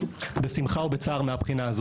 בשמחה או בצער מהבחינה הזו.